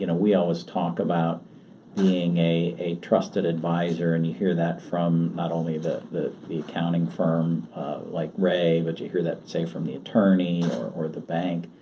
you know we always talk about being a a trusted advisor and you hear that from not only the the accounting firm like rae, but you hear that say from the attorney or the bank.